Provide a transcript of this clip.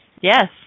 Yes